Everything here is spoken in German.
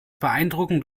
beeindruckend